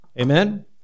Amen